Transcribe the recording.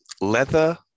leather